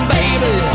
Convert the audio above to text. baby